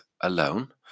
alone